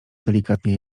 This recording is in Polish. delikatnie